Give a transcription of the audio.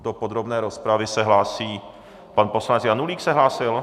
do podrobné rozpravy se hlásí pan poslanec Janulík se hlásil?